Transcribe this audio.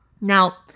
Now